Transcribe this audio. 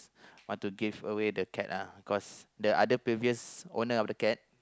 want to give away the cat ah because the other previous owner of the cat